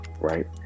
right